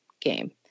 game